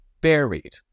buried